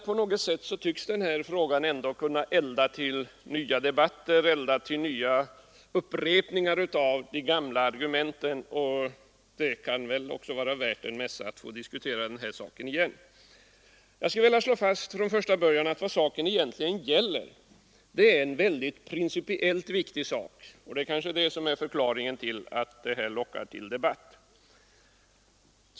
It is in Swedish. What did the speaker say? På något sätt tycks den här frågan ändå kunna leda till nya debatter, till upprepningar av de gamla argumenten. Det kan väl också vara värt en mässa att få diskutera den här saken igen. Jag skulle vilja slå fast från början att vad det hela egentligen gäller är en principiellt mycket viktig sak, och det kanske är förklaringen till att den lockat till debatt.